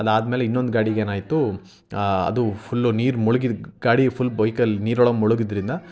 ಅದು ಆದ ಮೇಲೆ ಇನ್ನೊಂದು ಗಾಡಿಗೆ ಏನಾಯಿತು ಅದು ಫುಲ್ಲು ನೀರು ಮುಳುಗಿ ಗಾಡಿ ಫುಲ್ ಬೈಕಲ್ಲಿ ನೀರೊಳಗೆ ಮುಳುಗಿದ್ದರಿಂದ